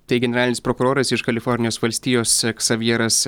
tai generalinis prokuroras iš kalifornijos valstijos ksavjeras